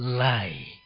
lie